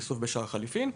ייסוף בשער החליפין.